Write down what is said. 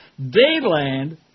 Dayland